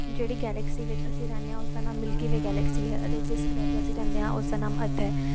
ਜਿਹੜੀ ਗੈਲਕਸੀ ਵਿੱਚ ਅਸੀਂ ਰਹਿੰਦੇ ਹਾਂ ਉਸਦਾ ਨਾ ਮਿਲਕੀ ਵੇ ਗਲੈਕਸੀ ਹੈ ਅਤੇ ਜਿਸ ਗ੍ਰਹਿ 'ਤੇ ਅਸੀਂ ਰਹਿੰਦੇ ਹਾਂ ਉਸਦਾ ਨਾਮ ਅਰਥ ਹੈ